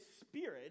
spirit